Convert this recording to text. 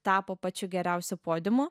tapo pačiu geriausiu podiumu